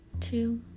two